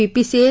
BPCL